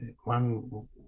one